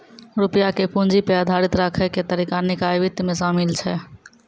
रुपया के पूंजी पे आधारित राखै के तरीका निकाय वित्त मे शामिल छै